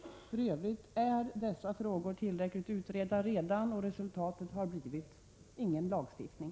För övrigt är dessa frågor tillräckligt utredda redan och resultatet har blivit: ingen lagstiftning.